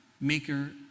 maker